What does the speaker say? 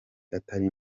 atari